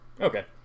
Okay